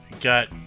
got